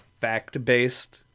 fact-based